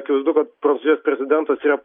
akivaizdu kad pracūzijos prezidentas yra